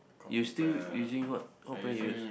you still using what what brand you use